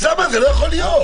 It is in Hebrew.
אוסאמה, זה לא יכול להיות.